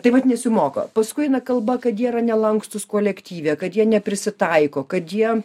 tai vat nesimoko paskui eina kalba kad jie nelankstūs kolektyve kad jie neprisitaiko kad jie